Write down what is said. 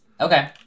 Okay